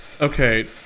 Okay